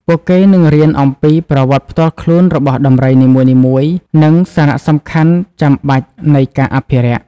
ពួកគេនឹងរៀនអំពី ប្រវត្តិផ្ទាល់ខ្លួនរបស់ដំរីនីមួយៗ និងសារៈសំខាន់ចាំបាច់នៃការអភិរក្ស។